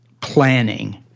planning